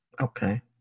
Okay